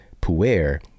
puer